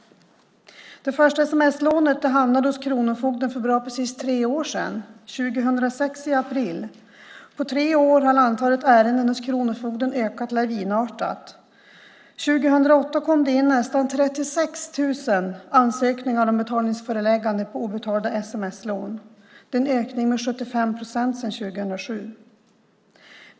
Det första sms-lånet hamnade hos kronofogden för ganska precis tre år sedan, i april 2006. På tre år har antalet ärenden hos kronofogden ökat lavinartat. År 2008 kom det in nästan 36 000 ansökningar om betalningsföreläggande som gällde obetalda sms-lån. Det är en ökning med 75 procent sedan 2007.